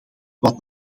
wat